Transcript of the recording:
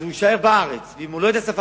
הוא יישאר בארץ, ואם הוא לא יודע עברית?